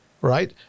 Right